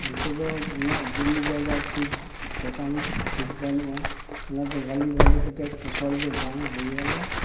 ᱛᱚᱵᱮ ᱩᱱᱟᱹᱜ ᱡᱩᱢᱤ ᱡᱟᱭᱜᱟ ᱴᱷᱤᱠ ᱴᱷᱤᱠᱟᱹᱱ ᱴᱷᱤᱠ ᱵᱟᱹᱱᱩᱜᱼᱟ ᱚᱱᱟ ᱫᱚ ᱵᱷᱟᱹᱞᱤ ᱵᱷᱟᱹᱞᱤ ᱠᱟᱛᱮᱫ ᱯᱷᱚᱥᱚᱞ ᱫᱚ ᱵᱟᱝ ᱦᱩᱭ ᱟᱞᱮᱭᱟ